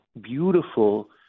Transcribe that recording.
beautiful